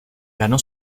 ganó